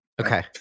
okay